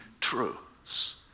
truths